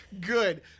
good